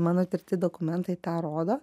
mano tirti dokumentai tą rodo